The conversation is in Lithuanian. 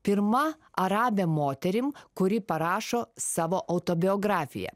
pirma arabe moterim kuri parašo savo autobiografiją